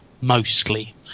mostly